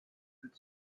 could